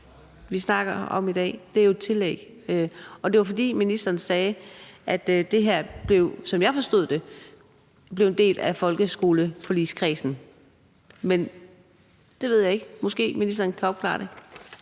vi snakker om i dag, er jo et tillæg, og ministeren sagde, som jeg forstod det, at det her blev en del af folkeskoleforligskredsen. Men det ved jeg ikke. Måske ministeren kan opklare det?